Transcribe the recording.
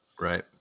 Right